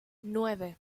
nueve